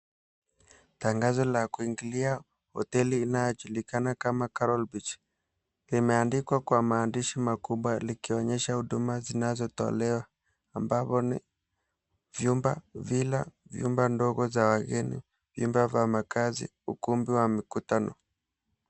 Tangazo la kuingilia hoteli inayojulikana kama "CORAL BEACH" limeandikwa kwa maandishi makubwa likionyesha huduma zinazotolewa ambapo ni, vyumba, villa ndogo za wageni, vyumba vya makazi, ukumbi wa mikutano.